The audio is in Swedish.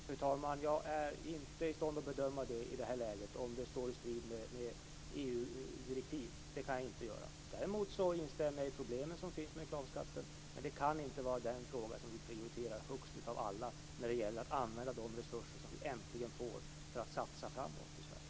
Fru talman! Jag är inte i stånd att bedöma om det står i strid med EU-direktiv. Däremot instämmer jag i att det finns problem med reklamskatten, men det kan inte vara just den frågan vi prioriterar högst av alla när det gäller att använda de resurser som vi äntligen får för att satsa framåt i Sverige.